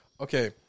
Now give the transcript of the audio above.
Okay